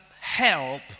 help